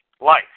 life